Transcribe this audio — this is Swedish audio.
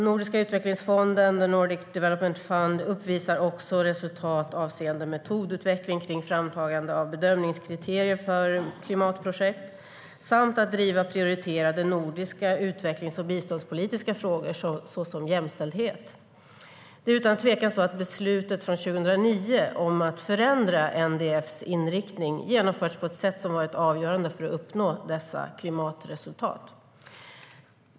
Nordiska utvecklingsfonden, Nordic Development Fund, uppvisar också resultat avseende metodutveckling kring framtagandet av bedömningskriterier för klimatprojekt samt driver prioriterade nordiska utvecklings och biståndspolitiska frågor, såsom jämställdhet. Det är utan tvekan så att beslutet från 2009 om att förändra NDF:s inriktning genomförts på ett sätt som varit avgörande för att uppnå dessa klimatresultat.